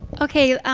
okay,